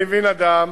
אני מבין אדם